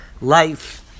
life